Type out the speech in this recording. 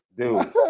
dude